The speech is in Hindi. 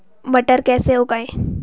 मटर कैसे उगाएं?